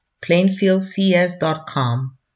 plainfieldcs.com